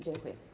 Dziękuję.